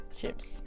Chips